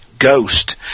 ghost